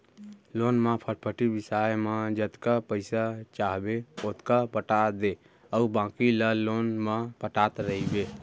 loan म फटफटी बिसाए म जतका पइसा चाहबे ओतका पटा दे अउ बाकी ल लोन म पटात रइबे